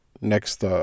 next